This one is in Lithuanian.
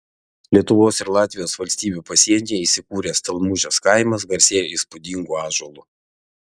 lietuvos ir latvijos valstybių pasienyje įsikūręs stelmužės kaimas garsėja įspūdingu ąžuolu